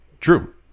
True